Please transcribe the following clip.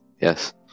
Yes